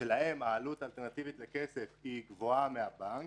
שלהם העלות האלטרנטיבית בכסף גבוהה מהבנק.